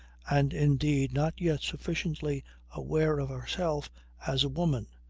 and indeed not yet sufficiently aware of herself as a woman,